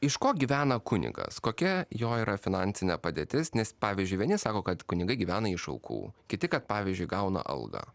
iš ko gyvena kunigas kokia jo yra finansinė padėtis nes pavyzdžiui vieni sako kad kunigai gyvena iš aukų kiti kad pavyzdžiui gauna algą